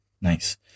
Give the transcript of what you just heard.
Nice